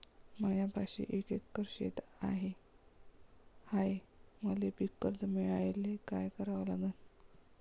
मायापाशी एक एकर शेत हाये, मले पीककर्ज मिळायले काय करावं लागन?